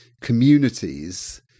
communities